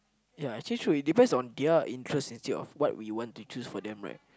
ya actually true it depends on their interest instead of what we want to choose for them right